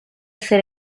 ser